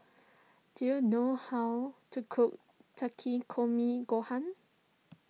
do you know how to cook Takikomi Gohan